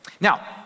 Now